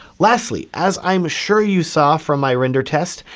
lastly, as i'm sure you saw from my render test,